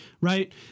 Right